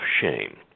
Shame